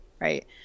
right